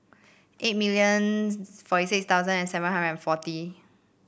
eight million forty six thousand and seven hundred forty